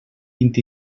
vint